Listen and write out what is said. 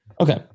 Okay